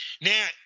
now